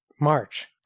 March